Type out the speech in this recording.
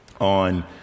on